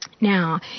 Now